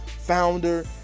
founder